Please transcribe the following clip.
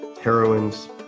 heroines